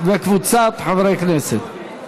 ויועברו לוועדת החינוך להמשך